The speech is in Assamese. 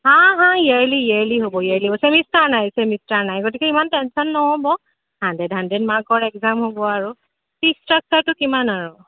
হা হা ইয়েৰ্লি ইয়েৰ্লি হ'ব ইয়েৰ্লি হ চেমিষ্টাৰ নাই চেমিষ্টাৰ নাই গতিকে ইমান টেনচন নহ'ব হাণ্ডড্ৰেড হাণ্ডড্ৰেড মাৰ্কৰ একজাম হ'ব আৰু ফিজ ষ্ট্ৰাকচাৰটো কিমান আৰু